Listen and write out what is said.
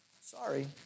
Sorry